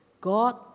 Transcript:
God